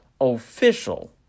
official